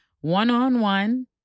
one-on-one